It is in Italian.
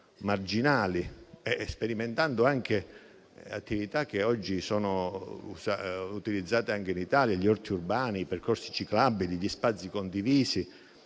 marginali, sperimentando attività che oggi sono riproposte anche in Italia: gli orti urbani, i percorsi ciclabili, gli spazi condivisi.